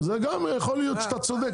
זה גם יכול להיות שאתה צודק,